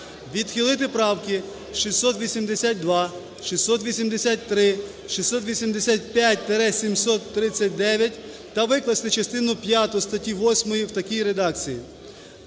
Відхилити правки 682, 683, 685-739 та викласти частину п'яту статті 8 в такій редакції: